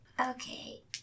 Okay